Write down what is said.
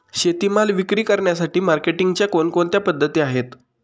शेतीमाल विक्री करण्यासाठी मार्केटिंगच्या कोणकोणत्या पद्धती आहेत?